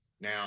Now